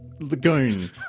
lagoon